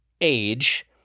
age